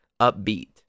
upbeat